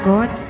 God